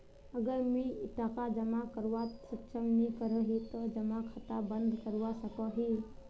अगर मुई टका जमा करवात सक्षम नी करोही ते जमा खाता बंद करवा सकोहो ही?